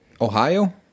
Ohio